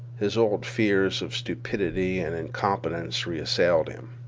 his old fears of stupidity and incompetence reassailed him,